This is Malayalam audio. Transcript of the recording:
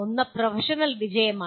ഒന്ന് പ്രൊഫഷണൽ വിജയമാണ്